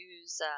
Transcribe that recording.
use